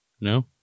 No